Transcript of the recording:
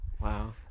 Wow